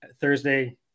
Thursday